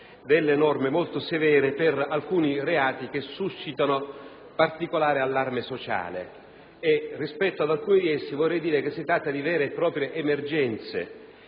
norme molto severe per alcuni reati che suscitano particolare allarme sociale. Rispetto ad alcuni di essi si tratta di vere e proprie emergenze.